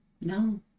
No